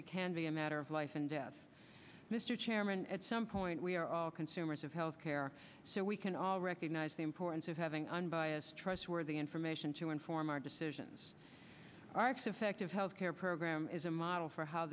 it can be a matter of life and death mr chairman at some point we are all consumers of health care so we can all recognize the importance of having unbiased trustworthy information to inform our decisions our it's effective health care program is a model for how